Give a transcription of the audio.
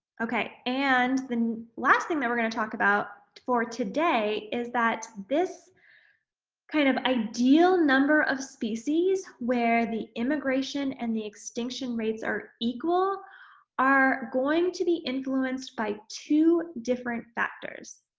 okay. and the last thing that we're going to talk about for today is that this kind of ideal number of species where the immigration and the extinction rates are equal are going to be influenced by two different factors.